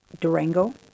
Durango